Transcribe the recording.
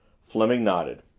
fleming nodded.